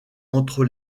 entre